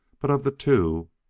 but, of the two,